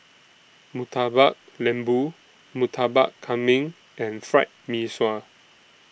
Murtabak Lembu Murtabak Kambing and Fried Mee Sua